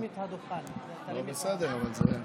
איתמר, 16:00, 16:00, הוא התעורר, כן, כן.